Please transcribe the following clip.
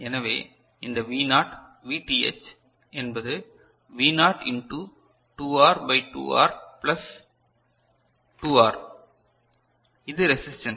எனவே இந்த V not V Th என்பது V not into 2R by 2R plus 2 R இது ரெசிஸ்டன்ஸ்